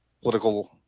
political